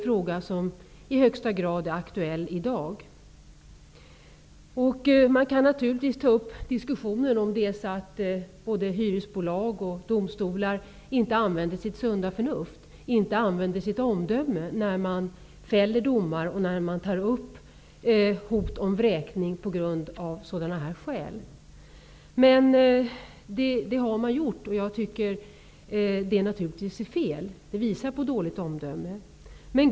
Frågan är i högsta grad aktuell även i dag. Naturligtvis kan man undra om personer i hyresbolag eller i domstolar inte använder sitt sunda förnuft och omdöme när de på grund av sådana här skäl fäller domar och tar upp hot om vräkning. Det har alltså förekommit. Jag tycker naturligtvis att det är fel och att det visar på dåligt omdöme.